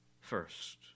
first